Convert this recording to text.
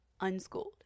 unschooled